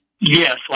Yes